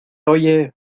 oye